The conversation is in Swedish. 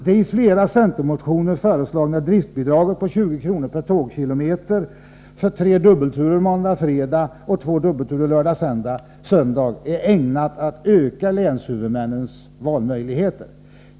Det i flera centermotioner föreslagna driftsbidraget på 20 kr. per tågkilometer för tre dubbelturer måndag-fredag och två dubbelturer lördag-söndag är ägnat att öka länshuvudmännens valmöjligheter.